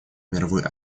мировой